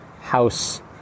house